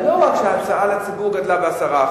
זה לא רק שההוצאה של הציבור גדלה ב-10%,